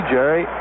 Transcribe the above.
Jerry